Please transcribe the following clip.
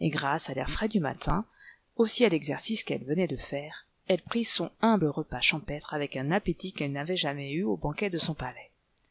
et grâce à l'air frais du matin aussi à l'exercice qu'elle venait de faire elle prit son humble repas champêtre avec un appétit qu'elle n'avait jamais eu aux banquets de son palais